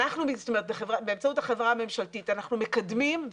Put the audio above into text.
באמצעות החברה הממשלתית אנחנו מקדמים,